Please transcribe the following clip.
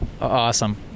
Awesome